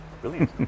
Brilliant